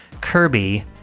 Kirby